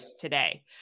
today